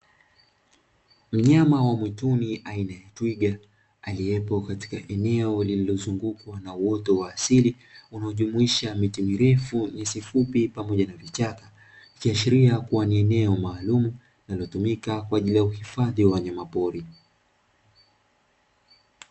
Mnyama wa mwituni aina ya twiga aliyepo katika eneo lililozungukwa na uoto wa asili unaojumuisha miti mirefu, nyasi fupi pamoja na vichaka, ikiashiria kuwa ni eneo maalumu linalotumika kwa ajili ya uhifadhi wa wanyamapori.